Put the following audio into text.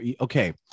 okay